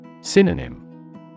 Synonym